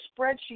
spreadsheet